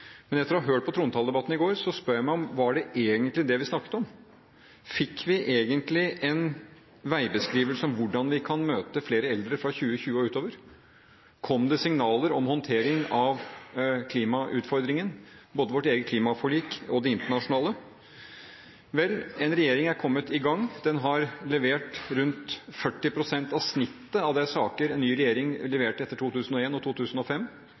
Men etter å ha hørt på trontaledebatten i går, spør jeg meg: Var det egentlig det vi snakket om? Fikk vi egentlig en veibeskrivelse av hvordan vi kan møte flere eldre fra 2020 og utover? Kom det signaler om håndtering av klimautfordringen – både vårt eget klimaforlik og det internasjonale? Vel, en regjering er kommet i gang. Den har levert rundt 40 pst. av snittet på antall saker nye regjeringer leverte etter 2001og 2005.